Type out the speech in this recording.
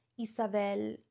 Isabel